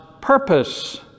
purpose